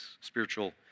spiritual